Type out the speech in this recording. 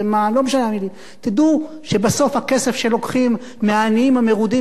תדעו שבסוף כסף שלוקחים מהעניים המרודים ביותר,